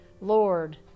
Lord